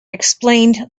explained